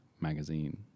magazine